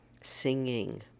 singing